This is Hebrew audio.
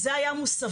זה היה מוסבים,